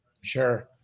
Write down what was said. Sure